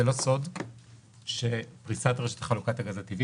זה לא סוד שפריסת רשת חלוקת הגז הטבעי